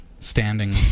Standing